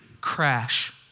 crash